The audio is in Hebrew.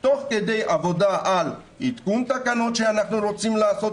תוך כדי עבודה על עדכון תקנות שאנחנו רוצים לעשות.